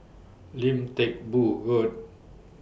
Lim Teck Boo Road